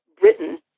Britain